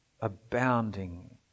abounding